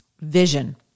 vision